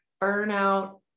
burnout